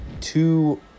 two